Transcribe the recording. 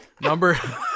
Number